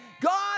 God